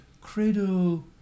credo